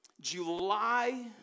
July